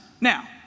Now